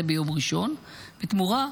זה ביום ראשון, ובתמורה,